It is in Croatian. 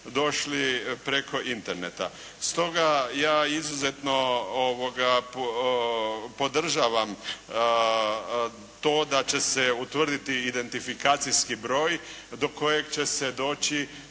došli preko Interneta. Stoga ja izuzetno podržavam to da će se utvrditi identifikacijski broj do kojeg će se doći